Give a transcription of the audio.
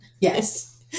Yes